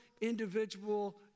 individual